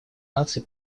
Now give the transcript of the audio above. наций